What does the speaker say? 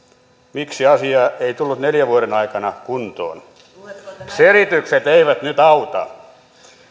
miksi asia ei tullut neljän vuoden aikana kuntoon selitykset eivät nyt auta